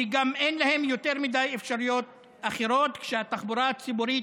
שגם אין להם יותר מדי אפשרויות אחרות כשהתחבורה הציבורית